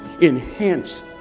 Enhance